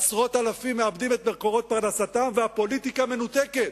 עשרות אלפים מאבדים את מקורות פרנסתם, והפוליטיקה מנותקת,